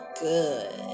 good